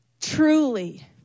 Truly